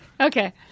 Okay